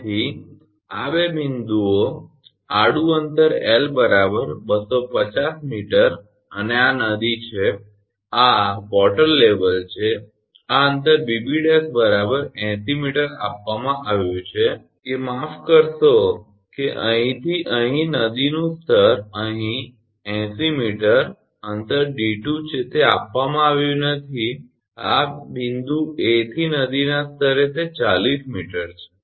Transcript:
તેથી આ બે બિંદુઓ આડૂં અંતર 𝐿 250 𝑚 અને આ નદી છે અને આ જળ સપાટી છે અને આ અંતર 𝐵𝐵 ′ 80 𝑚 આપવામાં આવ્યું છે કે માફ કરશો કે અહીંથી અહીં નદીનું સ્તર અહીં એંસી મીટર અંતર 𝑑2 છે તે આપવામાં આવ્યું નથી અને આ બિંદુ 𝐴 થી નદીના સ્તરે તે 40 𝑚 છે